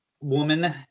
woman